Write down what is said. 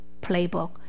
playbook